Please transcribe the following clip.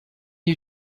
you